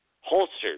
holstered